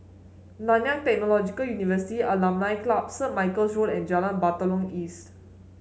Nanyang Technological University Alumni Club Saint Michael's Road and Jalan Batalong East